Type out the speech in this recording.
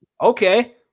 Okay